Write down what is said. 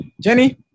Jenny